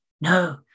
no